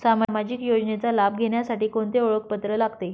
सामाजिक योजनेचा लाभ घेण्यासाठी कोणते ओळखपत्र लागते?